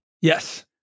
Yes